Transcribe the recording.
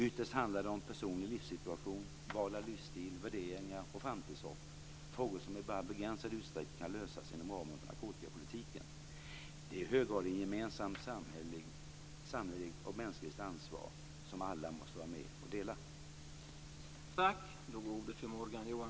Ytterst handlar det om personlig livssituation, val av livsstil, värderingar och framtidshopp - frågor som bara i begränsad utsträckning kan lösas inom ramen för narkotikapolitiken. Det är i hög grad ett gemensamt samhälleligt och mänskligt ansvar som alla måste vara med och dela.